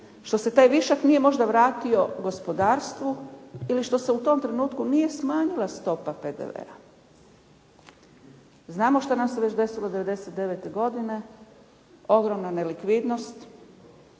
što se taj višak nije možda vratio gospodarstvu ili što se u tom trenutku nije smanjila stopa PDV-a. Znamo šta nam se već desilo 99. godine, ogromna nelikvidnost